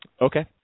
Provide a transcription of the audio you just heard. Okay